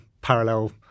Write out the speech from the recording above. parallel